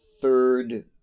third